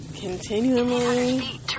continually